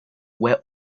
where